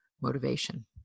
motivation